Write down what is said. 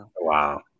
wow